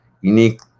unique